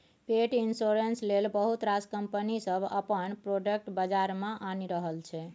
पेट इन्स्योरेन्स लेल बहुत रास कंपनी सब अपन प्रोडक्ट बजार मे आनि रहल छै